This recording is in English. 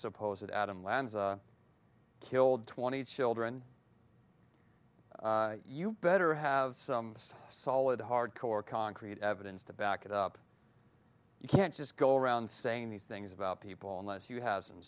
suppose that adam lanza killed twenty children you better have some solid hardcore concrete evidence to back it up you can't just go around saying these things about people unless you have some